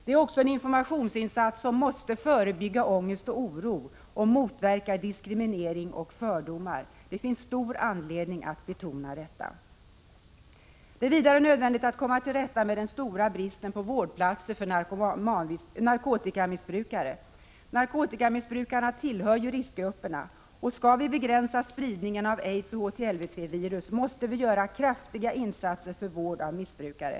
Det är också en informationsinsats som måste förebygga ångest och oro och motverka diskriminering och fördomar. Det finns stor anledning att betona detta. Det är vidare nödvändigt att komma till rätta med den stora bristen på vårdplatser för narkotikamissbrukare. Narkotikamissbrukarna tillhör riskgrupperna, och skall vi begränsa spridningen av aids och HTLV-III-virus måste vi göra kraftiga insatser för vård av missbrukare.